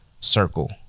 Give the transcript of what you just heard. circle